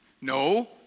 No